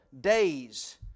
days